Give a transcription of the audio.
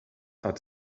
hat